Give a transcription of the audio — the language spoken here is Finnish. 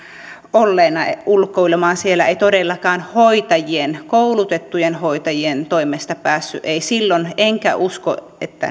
olla ulkoilemaan siellä ei todellakaan hoitajien koulutettujen hoitajien toimesta päässyt ei silloin enkä usko että